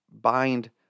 bind